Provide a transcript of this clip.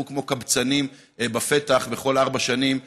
ושהם לא יצטרכו לעמוד כמו קבצנים בפתח בכל ארבע שנים,